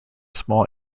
small